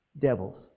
devils